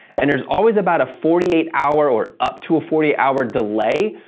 and there's always about a forty eight hour or up to a forty hour delay.